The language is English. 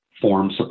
forms